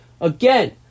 again